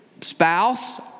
spouse